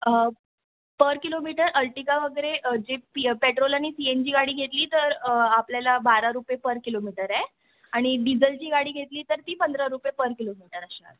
पर kilometre Ertiga वगरे जे पी पेट्रोल आणि सी एन जी गाडी घेतली तर आपल्याला बारा रुपये पर किलोमीटर आहे आणि डिझलची गाडी घेतली तर ती पंधरा रुपये पर किलोमीटर असणार